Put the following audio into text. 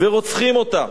ורוצחים אותה.